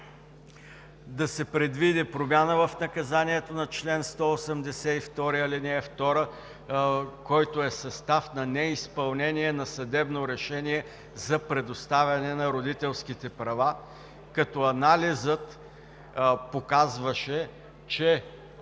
Да се предвиди промяна в наказанието на чл. 182, ал. 2, който е състав на неизпълнение на съдебно решение за предоставяне на родителските права. Като анализът показваше, че